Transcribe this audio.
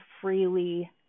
freely